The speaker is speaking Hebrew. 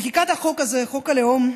חקיקת החוק הזה, חוק הלאום,